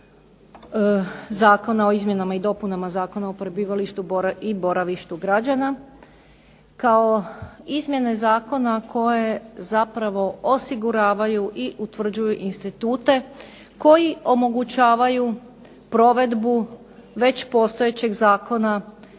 Zakona o izmjenama i dopunama Zakona o prebivalištu i boravištu građana kao izmjene zakona koje zapravo osiguravaju i utvrđuju institute koji omogućavaju provedbu već postojećeg zakona